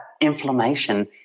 inflammation